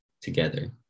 together